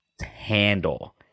handle